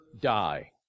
die